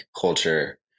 culture